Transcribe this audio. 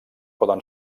poden